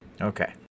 Okay